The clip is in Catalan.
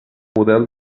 model